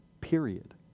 period